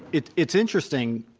it's it's interesting,